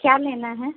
क्या लेना है